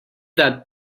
that